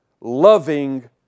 loving